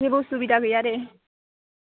जेबो उसुबिदा गैया दे